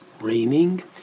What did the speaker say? raining